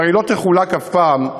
שהרי לא תחולק אף פעם,